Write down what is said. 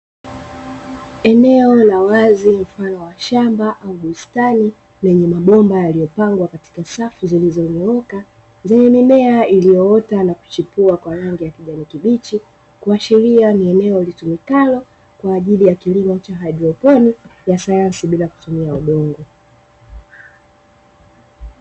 Eneo la wazi mfano wa shamba au bustani lenye mabomba yaliyopangwa katika safu zilizonyooka, zenye mimea iliyoota na kuchipua kwa rangi ya kijani kibichi, kuashiria ni eneo litumikalo kwa ajili ya kilimo cha haidroponi ya sayansi bila kutumia udongo.